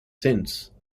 since